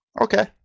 okay